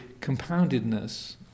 compoundedness